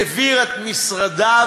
העביר את משרדיו,